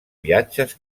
viatges